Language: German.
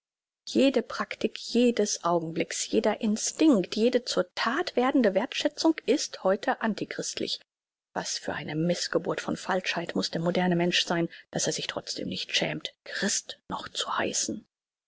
jede praktik jedes augenblicks jeder instinkt jede zur that werdende wertschätzung ist heute antichristlich was für eine mißgeburt von falschheit muß der moderne mensch sein daß er sich trotzdem nicht schämt christ noch zu heißen